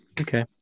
Okay